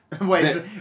Wait